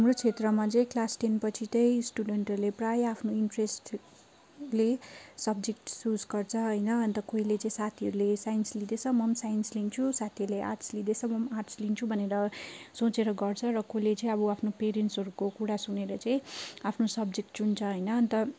हाम्रो क्षेत्रमा चाहिँ क्लास टेनपछि चाहिँ स्टुडेन्टहरूले प्रायः आफ्नो इन्ट्रेस्टले सब्जेक्ट चुज गर्छ होइन अन्त कोहीले चाहिँ साथीहरूले साइन्स लिँदैछ म पनि साइन्स लिन्छु साथीहरूले आर्ट्स लिँदैछ म पनि आर्ट्स लिन्छु भनेर सोचेर गर्छ र कसले चाहिँ अब आफ्नो पेरेन्टसहरूको कुरा सुनेर चाहिँ आफ्नो सब्जेक्ट चुन्छ होइन अन्त